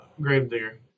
gravedigger